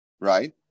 Right